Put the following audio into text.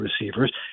receivers